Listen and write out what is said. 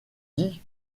dis